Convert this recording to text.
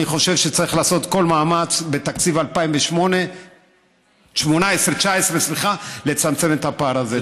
אני חושב שצריך לעשות כל מאמץ בתקציב 2018 2019 לצמצם את הפער הזה.